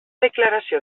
declaració